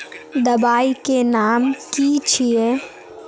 दबाई के नाम की छिए?